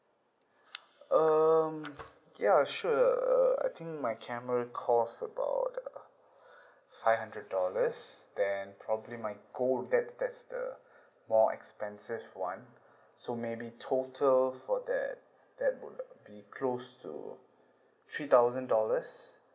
um ya sure uh I think my camera cost about uh five hundred dollars then probably my gold that that's the more expensive [one] so maybe total for that that would be close to three thousand dollars